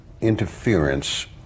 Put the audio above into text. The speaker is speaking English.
interference